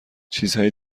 چیزهای